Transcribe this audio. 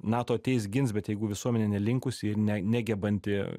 nato ateis gins bet jeigu visuomenė nelinkusi ne negebanti